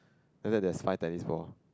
and there's five tennis ball